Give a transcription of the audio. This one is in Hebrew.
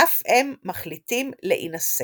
ואף הם מחליטים להינשא.